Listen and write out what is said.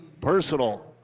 personal